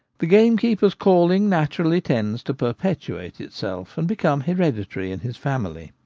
the gamekeeper's calling naturally tends to per petuate itself and become hereditary in his family.